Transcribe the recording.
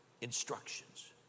instructions